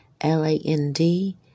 L-A-N-D